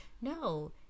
No